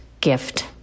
gift